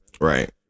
Right